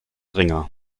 ringer